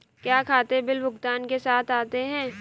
क्या खाते बिल भुगतान के साथ आते हैं?